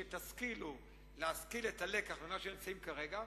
שתשכילו להבין את הלקח ממה שאנו נמצאים בו כרגע,